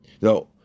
no